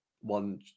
one